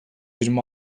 yirmi